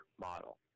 model